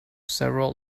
several